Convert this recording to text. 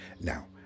Now